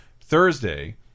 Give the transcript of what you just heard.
Thursday